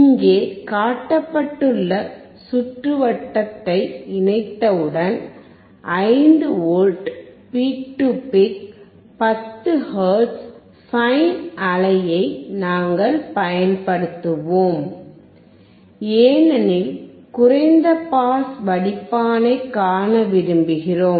இங்கே காட்டப்பட்டுள்ள சுற்றுவட்டத்தை இணைத்தவுடன் 5 V peak to peak hertz sine அலையை நாங்கள் பயன்படுத்துவோம் ஏனெனில் குறைந்த பாஸ் வடிப்பானைக் காண விரும்புகிறோம்